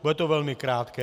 Bude to velmi krátké.